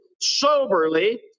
soberly